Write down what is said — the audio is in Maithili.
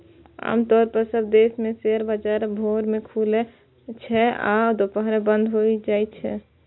आम तौर पर सब देश मे शेयर बाजार भोर मे खुलै छै आ दुपहर मे बंद भए जाइ छै